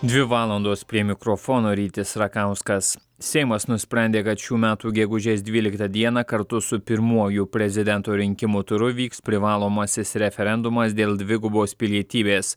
dvi valandos prie mikrofono rytis rakauskas seimas nusprendė kad šių metų gegužės dvyliktą dieną kartu su pirmuoju prezidento rinkimų turu vyks privalomasis referendumas dėl dvigubos pilietybės